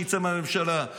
שיצא מהממשלה,